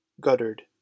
Guttered